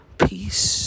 peace